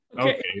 Okay